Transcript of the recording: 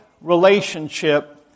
relationship